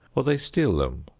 or they steal them,